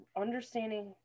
Understanding